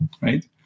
right